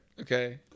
Okay